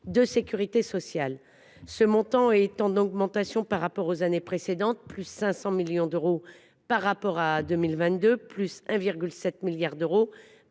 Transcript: de sécurité sociale. Ce montant est en augmentation par rapport aux années précédentes : +500 millions d’euros par rapport à 2022, et +1,7 milliard d’euros